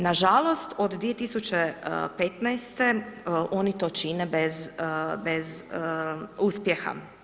Nažalost od 2015. oni to čine bez uspjeha.